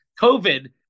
COVID